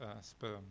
sperm